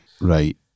Right